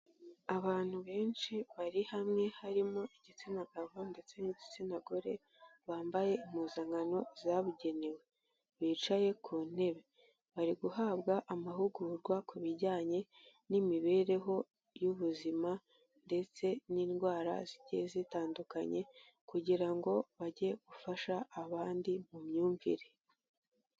Abantu benshi bari hamwe, harimo igitsina gabo ndetse n'igitsina gore, bambaye impuzankano zabugenewe, bicaye ku ntebe, bari guhabwa amahugurwa ku bijyanye n'imibereho y'ubuzima ndetse n'indwara zigiye zitandukanye kugira ngo bajye gufasha abandi mu myumvire.